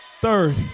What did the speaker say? Third